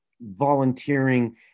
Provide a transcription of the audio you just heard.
volunteering